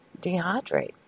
dehydrate